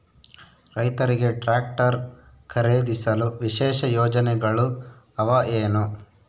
ರೈತರಿಗೆ ಟ್ರಾಕ್ಟರ್ ಖರೇದಿಸಲು ವಿಶೇಷ ಯೋಜನೆಗಳು ಅವ ಏನು?